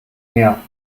meer